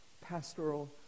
pastoral